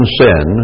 sin